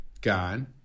gone